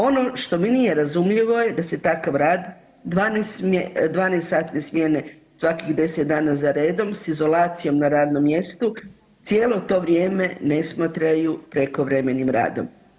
Ono što mi nije razumljivo je da se takav rad 12-satne smjene svakih 10 dana za redom s izolacijom na radnom mjestu cijelo to vrijeme ne smatraju prekovremenim radom.